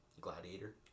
Gladiator